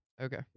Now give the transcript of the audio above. Okay